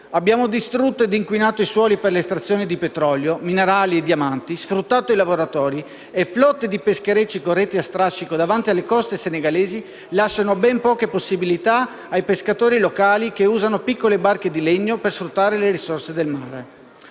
Abbiamo distrutto ed inquinato i suoli per l'estrazione di petrolio, minerali e diamanti, sfruttato i lavoratori, e flotte di pescherecci con reti a strascico davanti alle coste senegalesi lasciano ben poche possibilità ai pescatori locali che usano piccole barche di legno per sfruttare le risorse del mare.